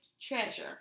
treasure